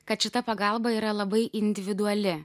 kad šita pagalba yra labai individuali